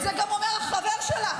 את זה אומר גם החבר שלך,